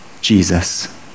Jesus